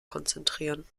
konzentrieren